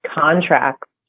contracts